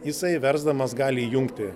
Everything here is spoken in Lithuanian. jisai versdamas gali jungti